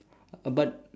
but